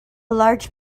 large